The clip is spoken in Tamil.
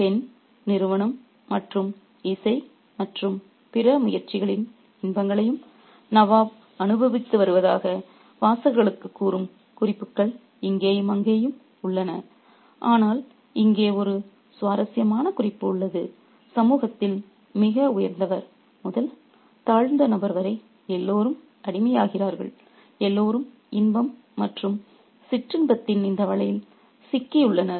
பெண் நிறுவனம் மற்றும் இசை மற்றும் பிற முயற்சிகளின் இன்பங்களையும் நவாப் அனுபவித்து வருவதாக வாசகர்களுக்குக் கூறும் குறிப்புகள் இங்கேயும் அங்கேயும் உள்ளன ஆனால் இங்கே ஒரு சுவாரஸ்யமான குறிப்பு உள்ளது சமூகத்தில் மிக உயர்ந்தவர் முதல் தாழ்ந்த நபர் வரை எல்லோரும் அடிமையாகிறார்கள் எல்லோரும் இன்பம் மற்றும் சிற்றின்பத்தின் இந்த வலையில் சிக்கியுள்ளனர்